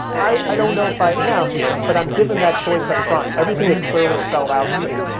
i i don't know if i am, but i'm given that choice upfront. everything is clearly spelled out to me.